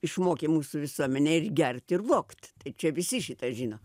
išmokė mūsų visuomenę ir gert ir vogt čia visi šitą žino